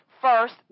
first